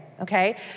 okay